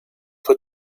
put